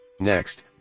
Next